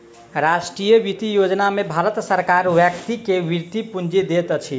राष्ट्रीय वृति योजना में भारत सरकार व्यक्ति के वृति पूंजी दैत अछि